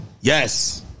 Yes